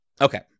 Okay